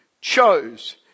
chose